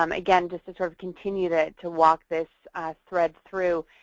um again just to sort of continue to to walk this thread through,